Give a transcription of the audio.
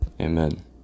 Amen